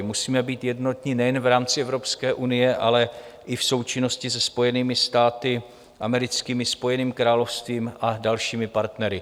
Musíme být jednotní nejen v rámci Evropské unie, ale i v součinnosti se Spojenými státy americkými, Spojeným královstvím a dalšími partnery.